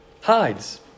hides